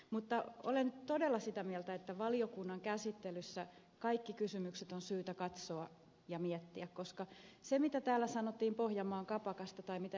mutta olen todella sitä mieltä että valiokunnan käsittelyssä kaikki kysymykset on syytä katsoa ja miettiä koska viitaten siihen mitä täällä sanottiin pohjanmaan kapakasta tai mitä ed